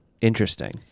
Interesting